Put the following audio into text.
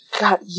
God